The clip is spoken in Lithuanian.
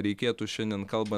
reikėtų šiandien kalba